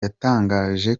yatangaje